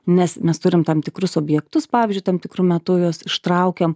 nes mes turim tam tikrus objektus pavyzdžiui tam tikru metu juos ištraukiam